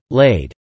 laid